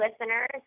listeners